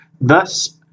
Thus